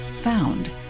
found